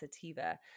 sativa